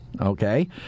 Okay